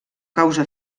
causa